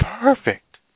perfect